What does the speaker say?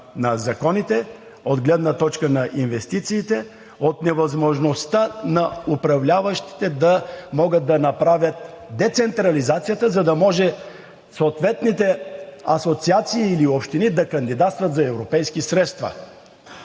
на законите, от гледна точка на инвестициите, от невъзможността на управляващите да могат да направят децентрализацията, за да може съответните асоциации или община да кандидатстват за европейски средства.